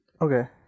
okay